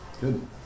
Good